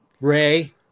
Ray